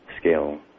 scale